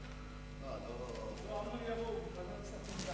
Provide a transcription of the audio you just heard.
כי הונחו היום על שולחן הכנסת,